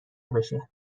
بشه